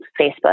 Facebook